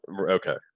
Okay